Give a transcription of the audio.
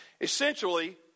Essentially